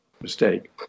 mistake